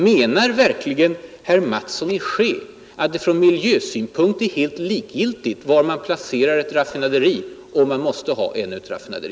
Menar verkligen herr Mattsson i Skee att från miljösynpunkt är det helt likgiltigt var man placerar ett raffinaderi?